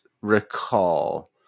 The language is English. recall